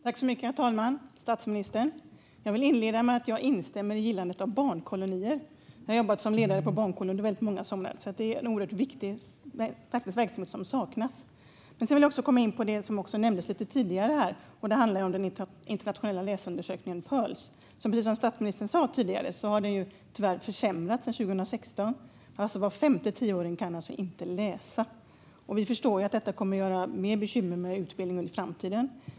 Herr talman! Jag vill inleda med att jag instämmer i gillandet av barnkolonier. Jag har jobbat som ledare på barnkollo under väldigt många somrar. Detta är en oerhört viktig verksamhet som saknas. Sedan vill jag komma in på något som nändes tidigare här, nämligen den internationella läsundersökningen Pirls. Precis som statsministern sa har ju resultaten tyvärr försämrats sedan 2016. Var femte tioåring kan alltså inte läsa! Vi förstår att detta kommer att leda till mer bekymmer när det gäller utbildning i framtiden.